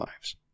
lives